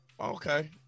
okay